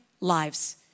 lives